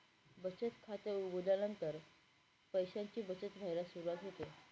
बचत खात उघडल्यानंतर पैशांची बचत व्हायला सुरवात होते